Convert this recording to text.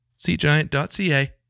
seatgiant.ca